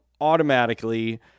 automatically